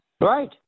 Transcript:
Right